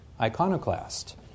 iconoclast